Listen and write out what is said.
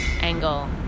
angle